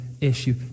issue